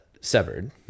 severed